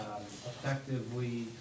effectively